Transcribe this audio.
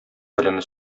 белеме